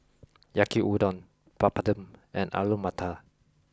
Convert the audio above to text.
Yaki Udon Papadum and Alu Matar